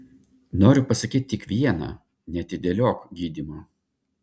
noriu pasakyti tik viena neatidėliok gydymo